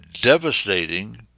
devastating